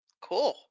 Cool